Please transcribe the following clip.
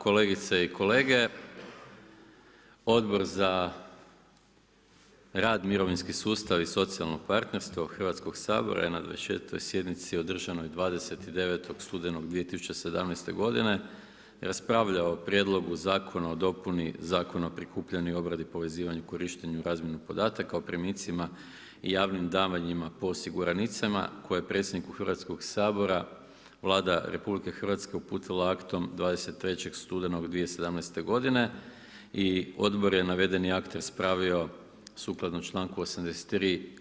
Kolegice i kolege, Odbor za rad, mirovinski sustav i socijalno partnerstvo Hrvatskog sabora je na 24. sjednici održanoj 29. studenog 2017. godine raspravljao o Prijedlogu zakona o dopuni zakona o prikupljanju, obradi, povezivanju, korištenju i razmjeni podataka o primicima i javnim davanjima po osiguranicima koje je predsjedniku Hrvatskog sabora Vlada RH uputila aktom 23. studenog 2017. godine i odbor je navedeni akt raspravio sukladno članku 83.